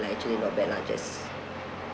lah actually not bad lah just